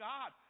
God